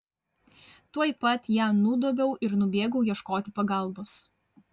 tuoj pat ją nudobiau ir nubėgau ieškoti pagalbos